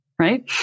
Right